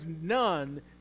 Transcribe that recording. none